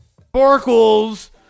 Sparkles